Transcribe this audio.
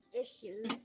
issues